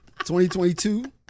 2022